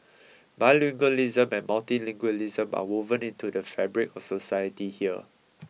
bilingualism and multilingualism are woven into the fabric of society here